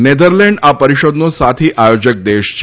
Netherland આ પરિષદનો સાથી આયોજક દેશ છે